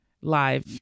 live